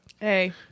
Hey